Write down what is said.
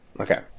Okay